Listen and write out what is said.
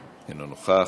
אינו נוכח,